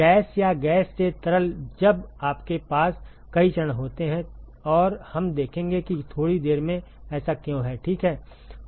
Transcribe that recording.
gas या gas से तरल जब आपके पास कई चरण होते हैं और हम देखेंगे कि थोड़ी देर में ऐसा क्यों है ठीक है